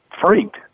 freaked